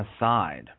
aside